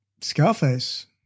Scarface